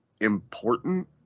important